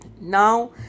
now